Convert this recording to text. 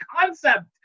concept